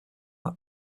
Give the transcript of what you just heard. that